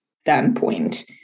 standpoint